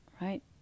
Right